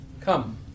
Come